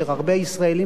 הרבה ישראלים באים,